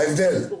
מה ההבדל?